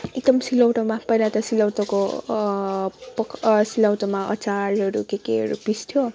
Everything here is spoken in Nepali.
एकदम सिलौटोमा पहिला त सिलौटोको सिलौटोको अचारहरू के केहरू पिस्थ्यो